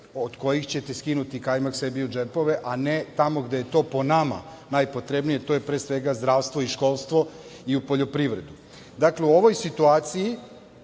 od kojih ćete skinuti kajmak sebi u džepove, a ne tamo gde je to, po nama, najpotrebnije, to je pre svega, zdravstvo i školstvo i u poljoprivredu. Dakle, u ovoj situaciji